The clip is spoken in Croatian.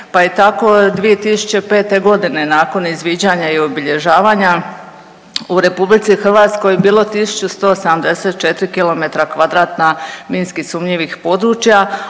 pa je tako 2005. godine nakon izviđanja i obilježavanja u Republici Hrvatskoj bilo 1174 kilometra kvadratna minski sumnjivih područja,